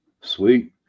Sweet